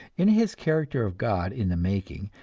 in his character of god in the making,